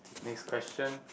next question